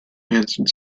answered